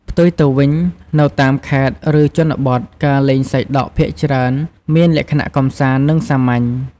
ផ្ទុយទៅវិញ នៅតាមខេត្ត ឬជនបទ ការលេងសីដក់ភាគច្រើនមាន លក្ខណៈកម្សាន្ត និងសាមញ្ញ។